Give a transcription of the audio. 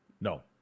No